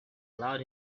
allowed